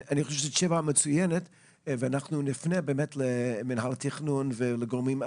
אני חושב שזו תשובה מצוינת ואנחנו נפנה למינהל התכנון ולגורמים.